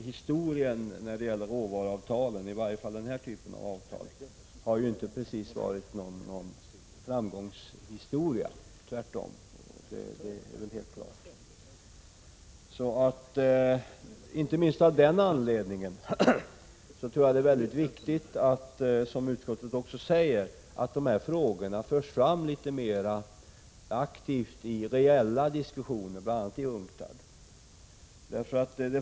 Historien när det gäller råvaruavtalen — i varje fall vad gäller den här typen av avtal — visar ju att de inte precis varit någon framgång, tvärtom. Det är väl helt klart. Inte minst av den anledningen tror jag att det är väldigt viktigt — och det säger också utskottet — att de här frågorna förs fram litet mer aktivt i reella diskussioner, bl.a. inom UNCTAD.